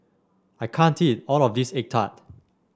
I can't eat all of this egg tart